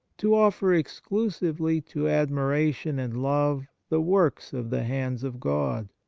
to offer exclu sively to admiration and love the work of the hands of god,